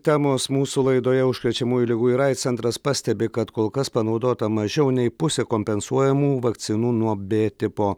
temos mūsų laidoje užkrečiamųjų ligų ir aids centras pastebi kad kol kas panaudota mažiau nei pusė kompensuojamų vakcinų nuo b tipo